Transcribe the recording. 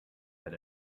that